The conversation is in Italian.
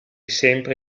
sempre